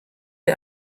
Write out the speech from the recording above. der